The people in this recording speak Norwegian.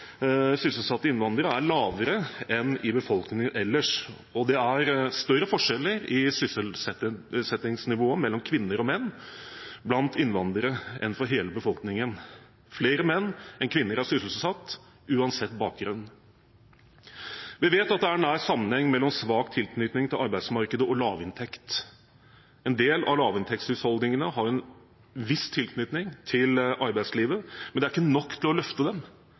befolkningen ellers. Det er større forskjeller i sysselsettingsnivået mellom kvinner og menn blant innvandrere enn for hele befolkningen. Flere menn enn kvinner er sysselsatt – uansett bakgrunn. Vi vet det er nær sammenheng mellom svak tilknytning til arbeidsmarkedet og lavinntekt. En del av lavinntektshusholdningene har en viss tilknytning til arbeidslivet, men det er ikke nok for å løfte dem